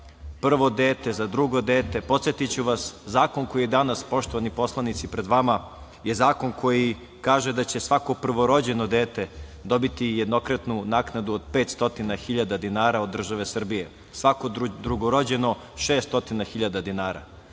prvo dete, za drugo dete. Podsetiću vas zakon koji je danas, poštovani poslanici pred vama je zakon koji kaže da će svako prvorođeno dete dobiti jednokratnu naknadu od 500.000 dinara od države Srbije, svako drugo rođeno 600.000 dinara.U